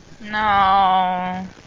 No